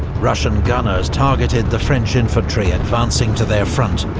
russian gunners targeted the french infantry advancing to their front,